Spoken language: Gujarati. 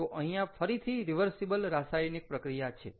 તો અહીંયા ફરીથી રીવર્સીબલ રાસાયણિક પ્રક્રિયા છે